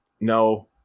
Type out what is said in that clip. no